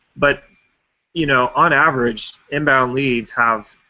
but you know on average inbound leads have,